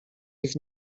ich